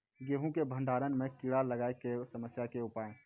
गेहूँ के भंडारण मे कीड़ा लागय के समस्या के उपाय?